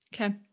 Okay